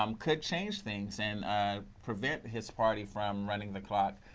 um could change things and prevent his party from running the clock.